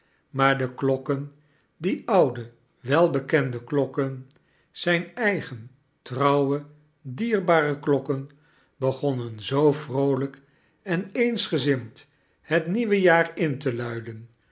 maar de klokken die oude welbekende klokken zijn eigen trouwe dieffbare klokken begonnen zoo vroolijk en eeasgezind het nieuwe jaair in te luiden